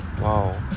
Wow